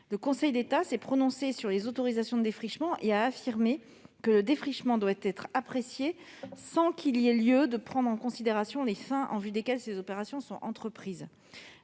le Conseil d'État s'est prononcé sur les autorisations de défrichement et a affirmé que le défrichement devait être apprécié sans qu'il y ait lieu de prendre en considération les fins en vue desquelles ces opérations sont entreprises.